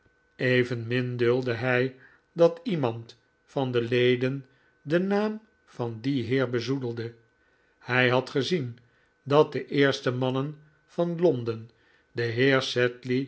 evenmin duldde hij dat iemand van de leden den naam van dien heer bezoedelde hij had gezien dat de eerste mannen van londen den